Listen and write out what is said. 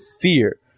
fear